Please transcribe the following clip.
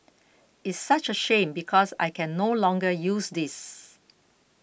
it's such a shame because I can no longer use this